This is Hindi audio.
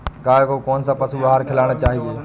गाय को कौन सा पशु आहार खिलाना चाहिए?